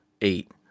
eight